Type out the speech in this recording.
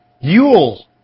yule